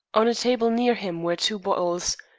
on a table near him were two bottles,